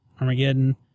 Armageddon